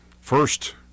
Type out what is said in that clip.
First